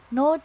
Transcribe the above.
no